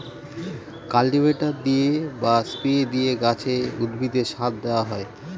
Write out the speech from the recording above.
cultivator দিয়ে বা spray দিয়ে গাছে, উদ্ভিদে সার দেওয়া হয়